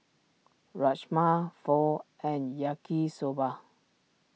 Rajma Pho and Yaki Soba